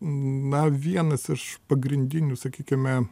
na vienas iš pagrindinių sakykime